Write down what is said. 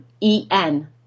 E-N